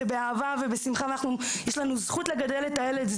באהבה ובשמחה ויש לנו זכות לגדל את הילד הזה.